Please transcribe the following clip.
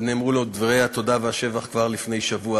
ונאמרו לו דברי התודה והשבח כבר לפני שבוע,